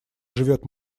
живет